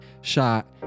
shot